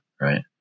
right